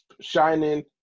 shining